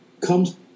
comes